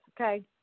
okay